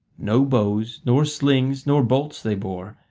no bows nor slings nor bolts they bore,